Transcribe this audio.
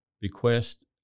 bequest